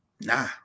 nah